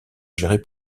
géré